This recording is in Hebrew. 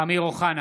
אמיר אוחנה,